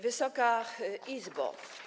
Wysoka Izbo!